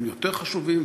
הם יותר חשובים,